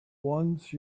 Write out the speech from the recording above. once